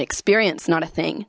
experience not a thing